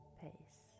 pace